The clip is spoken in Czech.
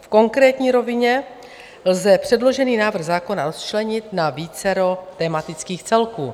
V konkrétní rovině lze předložený návrh zákona rozčlenit na vícero tematických celků.